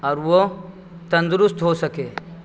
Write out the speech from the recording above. اور وہ تندرست ہو سکے